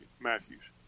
Matthews